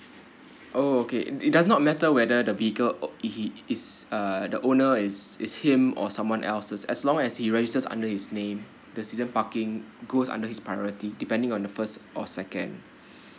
oh okay it does not matter whether the vehicle he is a the owner is is him or someone else's as long as he registers under his name the season parking goes under his priority depending on the first or second